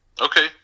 okay